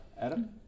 Adam